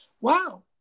Wow